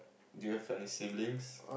do you have any siblings